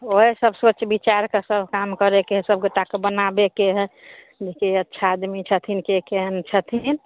ओहे सब सोच विचारिकऽ सब काम करैके हए सब गोटाके बनाबेके हइ जेके अच्छा आदमी छथिनके केहेन छथिन